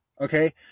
Okay